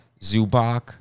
Zubak